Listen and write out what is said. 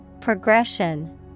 Progression